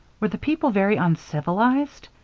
were the people very uncivilized?